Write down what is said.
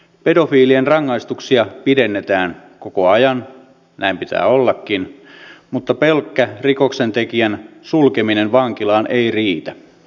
pedofiilien rangaistuksia pidennetään koko ajan näin pitää ollakin mutta pelkkä rikoksentekijän sulkeminen vankilaan ei riitä